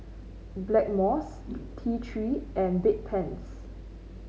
Blackmores T Three and Bedpans